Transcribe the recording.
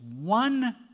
one